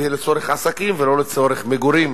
והיא לצורך עסקים ולא לצורך מגורים,